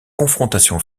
confrontation